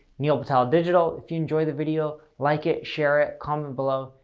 neil patel digital. if you enjoyed the video, like it, share it, comment below.